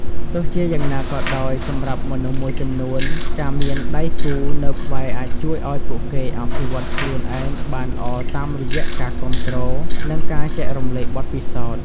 ទោះជាយ៉ាងណាក៏ដោយ សម្រាប់មនុស្សមួយចំនួន ការមានដៃគូនៅក្បែរអាចជួយឱ្យពួកគេអភិវឌ្ឍខ្លួនឯងបានល្អតាមរយៈការគាំទ្រ និងការចែករំលែកបទពិសោធន៍។